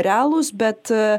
realūs bet